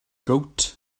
gowt